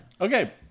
Okay